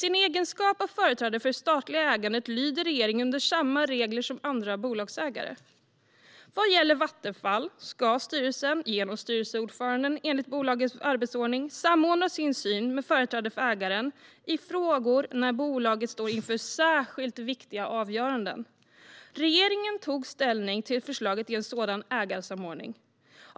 I egenskap av företrädare för det statliga ägandet lyder regeringen under samma regler som andra bolagsägare. Vad gäller Vattenfall ska enligt bolagets arbetsordning styrelsen genom styrelseordföranden samordna sin syn med företrädare för ägaren i frågor där bolaget står inför särskilt viktiga avgöranden. Regeringen tog ställning till förslaget i en sådan ägarsamordning.